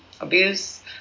abuse